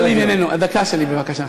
הדקה שלי, בבקשה.